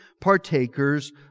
partakers